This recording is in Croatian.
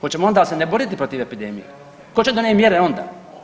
Hoćemo onda ne boriti protiv epidemije, tko će donijet mjere onda?